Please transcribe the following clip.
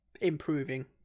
improving